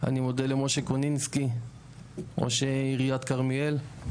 אני מודה למשה קונינסקי, ראש עיריית כרמיאל,